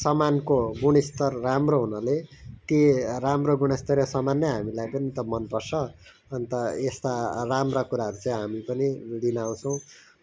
सामानको गुणस्तर राम्रो हुनाले ति राम्रो गुणस्तरीय सामान नै हामीलाई पनि त मनपर्छ अन्त यस्ता राम्रा कुराहरू चाहिँ हामी पनि लिन आउँछौँ